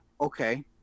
okay